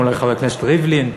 אולי חבר הכנסת ריבלין: